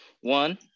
One